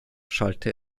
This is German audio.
schallte